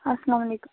اسلام وعلیکُم